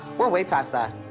we're way past that.